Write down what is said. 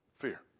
Fear